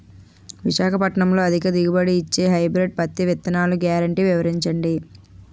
విశాఖపట్నంలో అధిక దిగుబడి ఇచ్చే హైబ్రిడ్ పత్తి విత్తనాలు గ్యారంటీ వివరించండి?